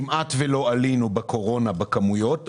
כמעט ולא עלינו בכמויות בתקופת הקורונה.